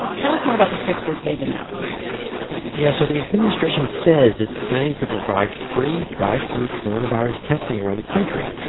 tell us more about the fixes they've announced yeah. so the administration says it's planning to provide free drive-through coronavirus testing around the country.